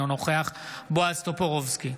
אינו נוכח בועז טופורובסקי,